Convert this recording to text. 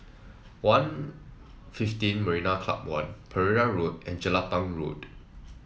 One Fifteen Marina Club One Pereira Road and Jelapang Road